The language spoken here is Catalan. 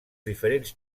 diferents